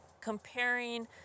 comparing